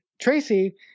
Tracy